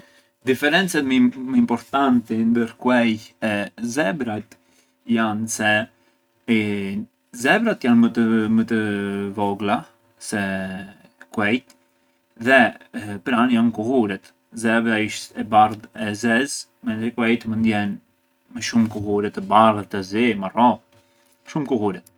Diferencat më importanti ndër zebrat e kuejt janë se zebrat janë më të vogla se kuejt dhe pran janë kulluret, zebra isht e bardh e e zezë mentri kuejt mënd jenë me më shumë kullure, të bardhë, të zi, marro, shumë kullure.